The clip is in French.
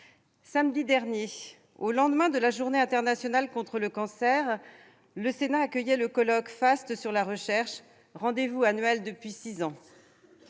Samedi dernier, au lendemain de la journée internationale du cancer de l'enfant, le Sénat accueillait le colloque FAST sur la recherche, rendez-vous annuel depuis six ans.